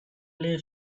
lay